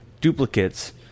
duplicates